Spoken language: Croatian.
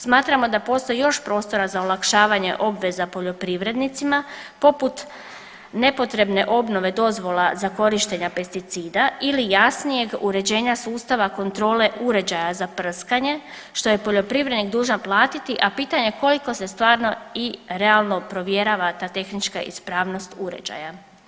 Smatramo da postoji još prostora za olakšavanje obveza poljoprivrednicima poput nepotrebne obnove dozvola za korištenje pesticida ili jasnijeg uređenja sustava kontrole uređaja za prskanje, što je poljoprivrednik dužan platiti, a pitanje koliko se stvarno i realno provjerava ta tehnička ispravnost uređaja.